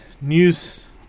news